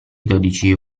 dodici